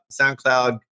SoundCloud